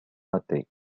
pathé